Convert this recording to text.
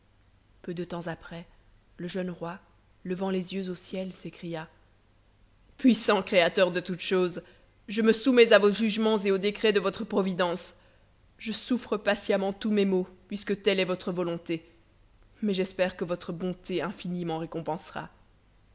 peu de temps après le jeune roi levant les yeux au ciel s'écria puissant créateur de toutes choses je me soumets à vos jugements et aux décrets de votre providence je souffre patiemment tous mes maux puisque telle est votre volonté mais j'espère que votre bonté infinie m'en récompensera